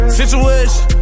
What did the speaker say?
situation